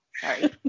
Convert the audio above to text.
sorry